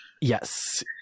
yes